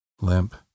limp